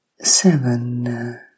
Seven